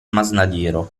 masnadiero